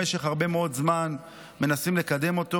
במשך הרבה מאוד זמן מנסים לקדם אותו.